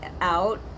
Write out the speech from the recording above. out